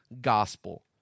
gospel